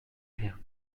rien